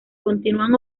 continúan